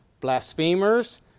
blasphemers